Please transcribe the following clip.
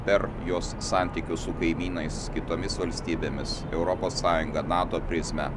per jos santykius su kaimynais kitomis valstybėmis europos sąjunga nato prizmę